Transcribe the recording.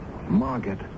Margaret